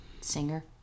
singer